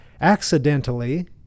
accidentally